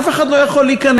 אף אחד לא יכול להיכנס,